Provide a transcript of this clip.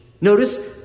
Notice